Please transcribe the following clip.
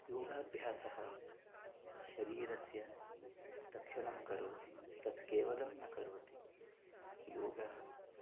योगाभ्यासः शरीरस्य रक्षणं करोति तत् केवलं न करोति योगः